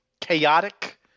chaotic